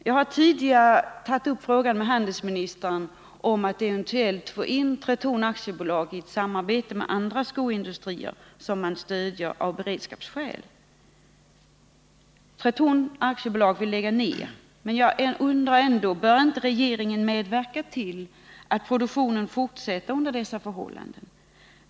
Jag har tidigare med handelsministern tagit upp frågan om att Tretorn AB eventuellt skulle kunna samarbeta med andra skoindustrier som staten stöder av beredskapsskäl. Tretorn AB vill lägga ner, men jag undrar ändå om inte regeringen bör medverka till att produktionen fortsätter under dessa förhållanden.